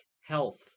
health